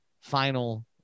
final